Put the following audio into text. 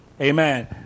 Amen